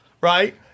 Right